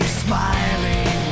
smiling